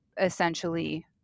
essentially